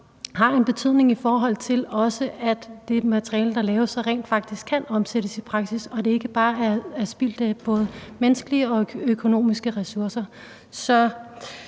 har en betydning, i forhold til at det materiale, der laves, så rent faktisk kan omsættes i praksis og det ikke bare er spild af både menneskelige og økonomiske ressourcer.